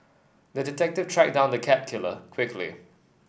the detective tracked down the cat killer quickly